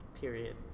period